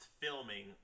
filming